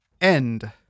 End